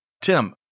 Tim